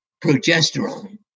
progesterone